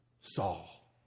Saul